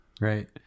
right